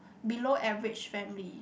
below average family